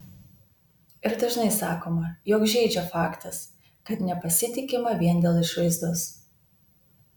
ir dažnai sakoma jog žeidžia faktas kad nepasitikima vien dėl išvaizdos